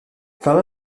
fel